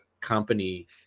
company